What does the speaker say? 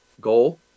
goal